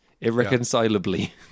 irreconcilably